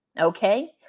Okay